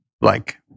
like-